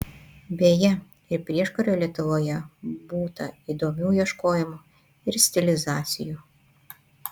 beje ir prieškario lietuvoje būta įdomių ieškojimų ir stilizacijų